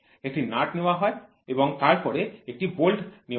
একটি নাট্ নেওয়া হয় এবং তারপর একটি বোল্ট নেওয়া হয়